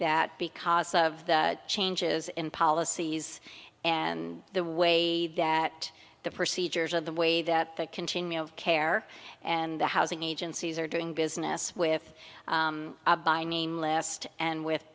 that because of the changes in policies and the way that the procedures are the way that the continuum of care and the housing agencies are doing business with by name last and with